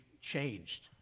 changed